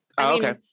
okay